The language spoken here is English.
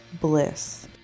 bliss